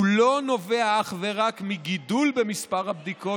הוא לא נובע אך ורק מגידול במספר הבדיקות,